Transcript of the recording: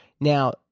Now